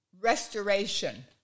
restoration